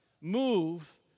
move